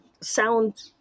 sound